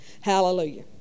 Hallelujah